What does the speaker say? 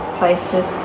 places